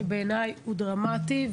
שבעיניי הוא דרמטי.